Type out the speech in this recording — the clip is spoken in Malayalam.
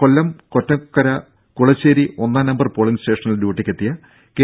കൊല്ലം കൊറ്റങ്കര കുളശ്ശേരി ഒന്നാം നമ്പർ പോളിംഗ് സ്റ്റേഷനിൽ ഡ്യൂട്ടിക്കെത്തിയ കെ